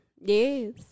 Yes